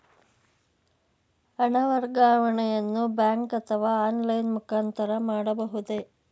ಹಣ ವರ್ಗಾವಣೆಯನ್ನು ಬ್ಯಾಂಕ್ ಅಥವಾ ಆನ್ಲೈನ್ ಮುಖಾಂತರ ಮಾಡಬಹುದೇ?